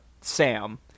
Sam